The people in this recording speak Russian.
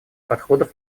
подходов